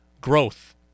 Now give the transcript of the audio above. growth